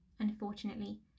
Unfortunately